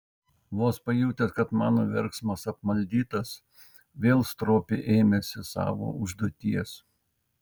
vos pajutęs kad mano verksmas apmaldytas vėl stropiai ėmėsi savo užduoties